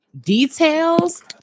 details